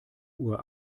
uhr